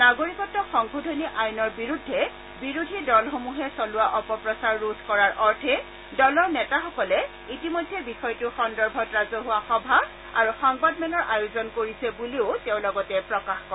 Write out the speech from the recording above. নাগৰিকত্ব সংশোধনী আইনৰ বিৰুদ্ধে বিৰোধী দলসমূহে চলোৱা অপপ্ৰচাৰ ৰোধ কৰাৰ অৰ্থে দলৰ নেতাসকলে ইতিমধ্যে বিষয়টো সন্দৰ্ভত ৰাজহুৱা সভা আৰু সংবাদ মেলৰ আয়োজন কৰিছে বুলিও তেওঁ প্ৰকাশ কৰে